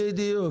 בדיוק.